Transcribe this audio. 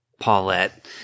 Paulette